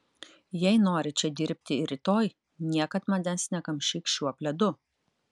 jei nori čia dirbti ir rytoj niekad manęs nekamšyk šiuo pledu